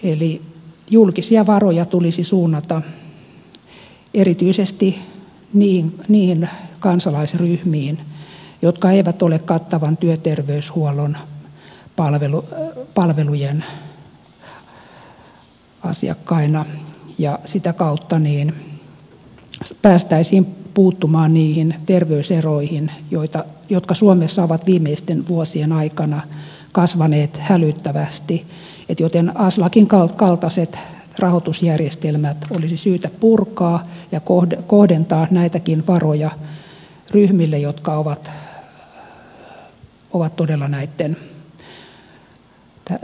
eli julkisia varoja tulisi suunnata erityisesti niihin kansalaisryhmiin jotka eivät ole kattavan työterveyshuollon palvelujen asiakkaina ja sitä kautta päästäisiin puuttumaan niihin terveyseroihin jotka suomessa ovat viimeisten vuosien aikana kasvaneet hälyttävästi joten aslakin kaltaiset rahoitusjärjestelmät olisi syytä purkaa ja kohdentaa näitäkin varoja ryhmille jotka ovat todella näitten terveyspalveluiden tarpeessa